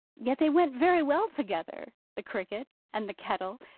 yet they went very well together, the cricket and the kettle.